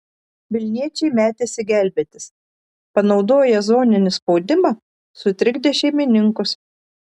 vilniečiai metėsi gelbėtis panaudoję zoninį spaudimą sutrikdė šeimininkus